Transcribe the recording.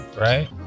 Right